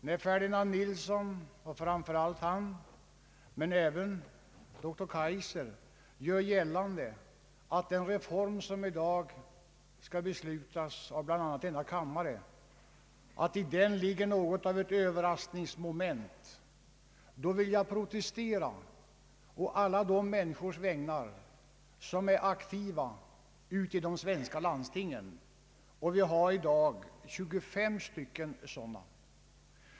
När framför allt herr Ferdinand Nilsson men även doktor Kaijser gör gällande att i den reform, som i dag skall beslutas av bl.a. denna kammare, ligger något av ett överraskningsmoment, vill jag protestera på alla de människors vägnar som är aktiva i de svenska landstingen — och vi har i dag 25 sådana.